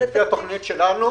לפי התוכנית שלנו